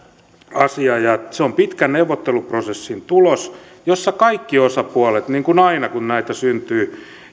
asia ja se on pitkän neuvotteluprosessin tulos jossa kaikki osapuolet niin kuin aina kun näitä syntyy